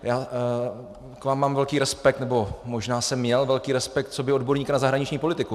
Já k vám mám velký respekt, nebo možná jsem měl velký respekt coby odborníkovi na zahraniční politiku.